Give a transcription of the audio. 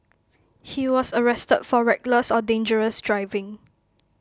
he was arrested for reckless or dangerous driving